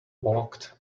walked